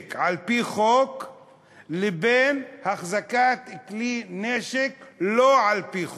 נשק על-פי חוק לבין החזקת כלי נשק לא על-פי חוק,